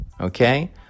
Okay